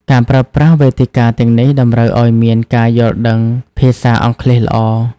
ការប្រើប្រាស់វេទិកាទាំងនេះ តម្រូវឱ្យមានការយល់ដឹងភាសាអង់គ្លេសល្អ។